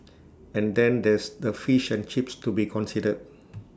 and then there's the fish and chips to be considered